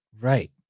Right